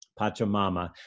Pachamama